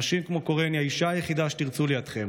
נשים כמו קורן היא האישה היחידה שתרצו לידכם.